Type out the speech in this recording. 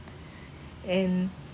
and